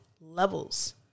levels